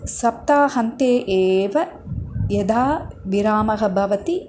सप्ताहान्ते एव यदा विरामः भवति